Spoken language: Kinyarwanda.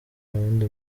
wundi